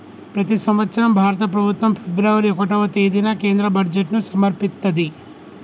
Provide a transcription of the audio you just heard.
ప్రతి సంవత్సరం భారత ప్రభుత్వం ఫిబ్రవరి ఒకటవ తేదీన కేంద్ర బడ్జెట్ను సమర్పిత్తది